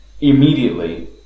Immediately